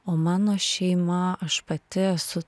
o mano šeima aš pati esu